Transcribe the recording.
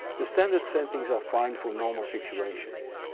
the standard settings are fine for normal situations.